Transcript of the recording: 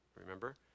remember